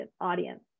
audience